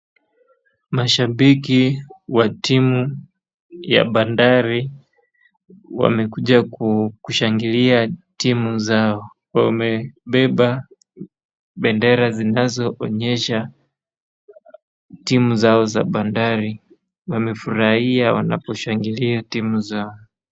Mashabiki ya timu ya Bandari wamekuja kushangilia timu zao , wamebeba bendera zinazo onyesha timu zao za Bandari . Wamefurahia na kushangilia timu zao.